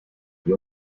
die